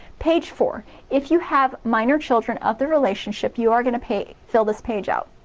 page four if you have minor children of the relationship you are gonna pay fill this page out.